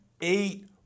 eight